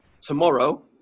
tomorrow